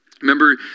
Remember